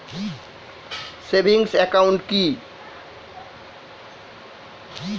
Savings account কি?